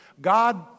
God